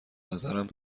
نظرم